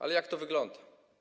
A jak to wygląda?